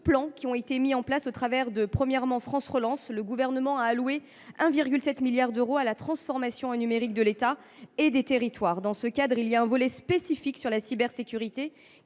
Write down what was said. ont été mis en place. Avec France Relance, le Gouvernement a alloué 1,7 milliard d’euros à la transformation numérique de l’État et des territoires. Dans ce cadre, un volet spécifique sur la cybersécurité